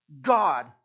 God